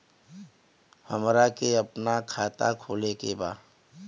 हमरा के अपना खाता खोले के बा?